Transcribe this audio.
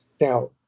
now